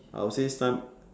I'll say some